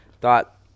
thought